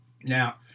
Now